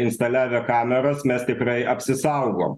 instaliavę kameras mes tikrai apsisaugom